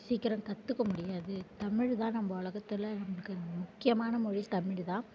சீக்கிரம் கற்றுக்க முடியாது தமிழ் தான் நம்ம உலகத்துல நம்மளுக்கு முக்கியமான மொழி தமிழ் தான்